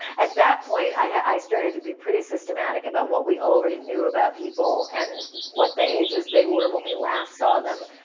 at that point, i started to be pretty systematic about what we already knew about people and what the ages they were when we last saw them,